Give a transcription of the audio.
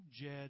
Jed